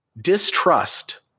distrust